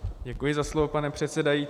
Děkuji za slovo, pane předsedající.